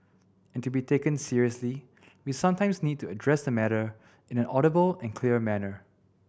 and to be taken seriously we sometimes need to address the matter in an audible and clear manner